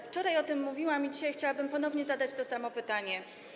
Wczoraj o tym mówiłam i dzisiaj chciałabym ponownie zadać to samo pytanie.